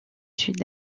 sud